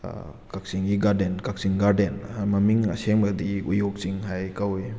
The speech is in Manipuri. ꯀꯛꯆꯤꯡꯒꯤ ꯒꯥꯔꯗꯦꯟ ꯀꯛꯆꯤꯡ ꯒꯥꯔꯗꯦꯟ ꯃꯃꯤꯡ ꯑꯁꯦꯡꯕꯗꯤ ꯎꯌꯣꯛ ꯆꯤꯡ ꯍꯥꯏ ꯀꯧꯏ